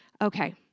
Okay